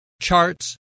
charts